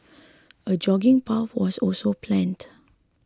a jogging path was also planned